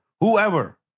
whoever